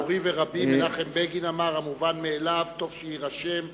מורי ורבי מנחם בגין אמר: המובן מאליו טוב שיירשם,